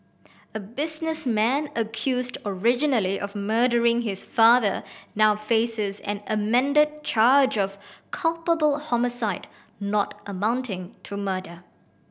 a businessman accused originally of murdering his father now faces an amended charge of culpable homicide not amounting to murder